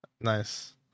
Nice